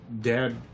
Dad